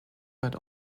but